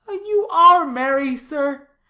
you are merry, sir.